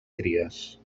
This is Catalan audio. cries